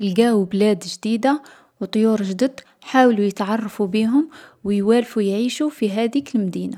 لقاو بلاد جديدة و طيور جدد. حاولو يتعرفو بيهم و يوالفو يعيشو في هاذيك المدينة.